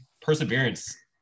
perseverance